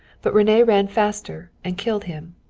but rene ran faster and killed him.